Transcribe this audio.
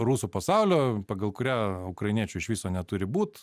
rusų pasaulio pagal kurią ukrainiečių iš viso neturi būt